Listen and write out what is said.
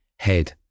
head